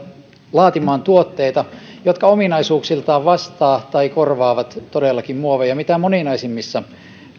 laatimaan tuotteita jotka ominaisuuksiltaan vastaavat tai todellakin korvaavat muoveja mitä moninaisimmissa